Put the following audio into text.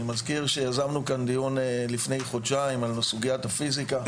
אני מזכיר שיזמנו כאן דיון לפני חודשיים על סוגיית הפיזיקה,